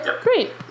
great